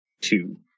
Two